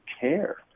care